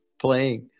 playing